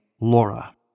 Laura